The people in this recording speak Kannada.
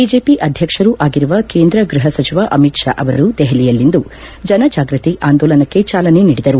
ಬಿಜೆಪಿ ಅಧ್ಯಕ್ಷರೂ ಆಗಿರುವ ಕೇಂದ್ರ ಗ್ಬಹ ಸಚಿವ ಅಮಿತ್ ಶಾ ಅವರು ದೆಹಲಿಯಲ್ಲಿಂದು ಜನಜಾಗ್ಬತಿ ಆಂದೋಲನಕ್ಕೆ ಚಾಲನೆ ನೀಡಿದರು